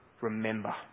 Remember